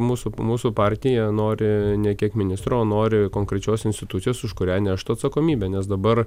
mūsų mūsų partija nori ne kiek ministro o nori konkrečios institucijos už kurią neštų atsakomybę nes dabar